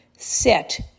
set